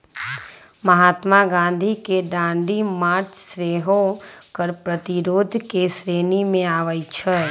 महात्मा गांधी के दांडी मार्च सेहो कर प्रतिरोध के श्रेणी में आबै छइ